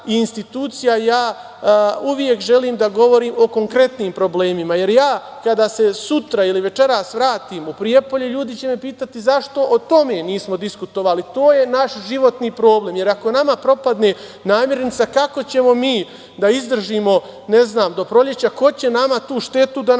ja uvek želim da govorim o konkretnim problemima, jer kada se sutra ili večeras vratim u Prijepolje ljudi će me pitati zašto o tome nismo diskutovali, to je naš životni problem, jer ako nama propadne namirnica kako ćemo mi da izdržimo, ne znam, do proleća, ko će nama tu štetu da nadoknadi.